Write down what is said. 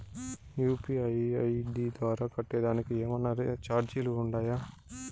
UPI ID ద్వారా కట్టేదానికి ఏమన్నా చార్జీలు ఉండాయా?